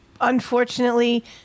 Unfortunately